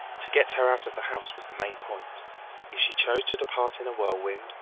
to get her out of the house was the main point if she chose to depart in a whirlwind,